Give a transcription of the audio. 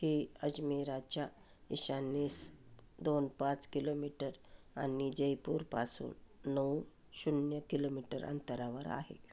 हे अजमेरच्या ईशान्येस दोन पाच किलोमीटर आणि जयपूरपासून नऊ शून्य किलोमीटर अंतरावर आहे